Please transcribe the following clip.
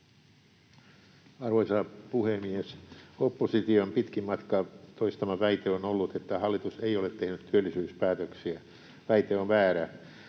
Arvoisa puhemies! Opposition pitkin matkaa toistama väite on ollut, että hallitus ei ole tehnyt työllisyyspäätöksiä. Väite on väärä.